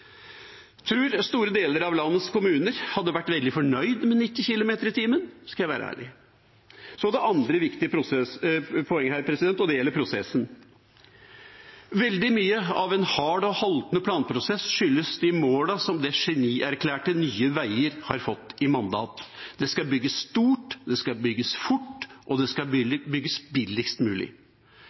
store deler av landets kommuner hadde vært veldig fornøyd med 90 km/t, skal jeg være ærlig. Så til det andre viktige poenget, og det gjelder prosessen. Veldig mye av en hard og haltende planprosess skyldes de målene som det genierklærte Nye Veier har fått i Mandal. Det skal bygges stort, det skal bygges fort, og det skal bygges billigst mulig.